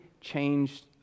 changed